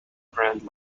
grand